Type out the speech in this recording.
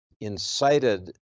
incited